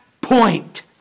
point